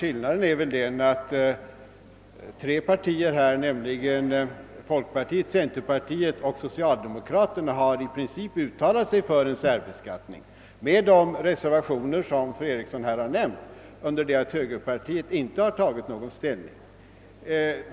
Herr talman! Folkpartiet, centerpartiet och socialdemokraterna har i princip uttalat sig för en särbeskattning med de reservationer som fru Eriksson här har nämnt, under det att högerpartiet inte tagit någon ställning.